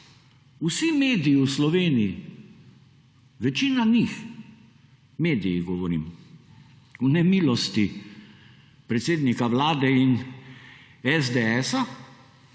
vsi mediji v Sloveniji, večina njih, mediji govorim, v nemilosti predsednika vlade in SDS-a,